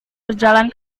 berjalan